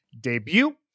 debut